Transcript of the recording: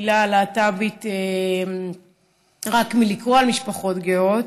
בקהילה הלהט"בית רק מלקרוא על משפחות גאות,